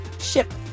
ship